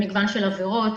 במגוון של עבירות,